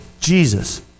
Jesus